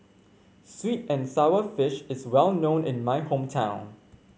sweet and sour fish is well known in my hometown